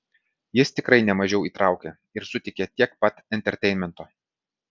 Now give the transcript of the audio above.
jis tikrai nemažiau įtraukia ir suteikia tiek pat enterteinmento